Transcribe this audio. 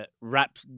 rap